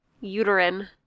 uterine